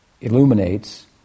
illuminates